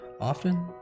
often